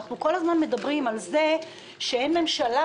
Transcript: אנחנו כל הזמן מדברים על זה שאין ממשלה,